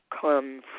come